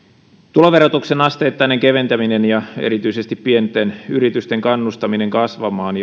tuloverotuksen asteittainen keventäminen ja erityisesti pienten yritysten kannustaminen kasvamaan